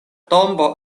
tombo